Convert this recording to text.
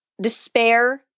despair